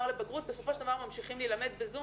בבגרות בסופו של דבר ממשיכים להילמד בזום.